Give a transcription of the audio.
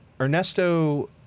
Ernesto